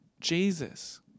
Jesus